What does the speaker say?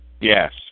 Yes